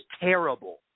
terrible